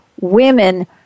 women